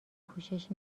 پوشش